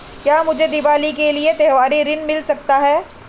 क्या मुझे दीवाली के लिए त्यौहारी ऋण मिल सकता है?